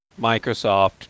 Microsoft